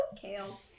Kale